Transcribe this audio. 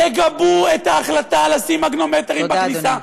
תגבו את ההחלטה לשים מגנומטרים בכניסה,